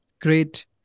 great